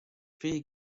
three